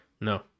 No